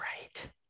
right